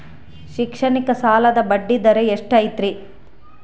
ಶೈಕ್ಷಣಿಕ ಸಾಲದ ಬಡ್ಡಿ ದರ ಎಷ್ಟು ಐತ್ರಿ?